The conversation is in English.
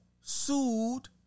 sued